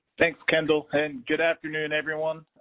thanks kendel and good afternoon everyone.